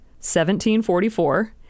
1744